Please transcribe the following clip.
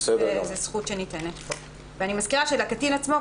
אני מזכירה שלקטין עצמו,